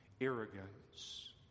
arrogance